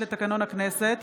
לתקנון הכנסת,